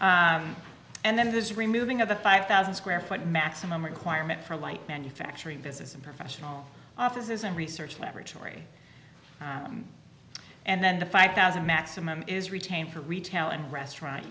is and then this removing of the five thousand square foot maximum requirement for light manufacturing business and professional offices and research laboratory and then the five thousand maximum is retained retail and restaurant